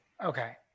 Okay